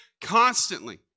constantly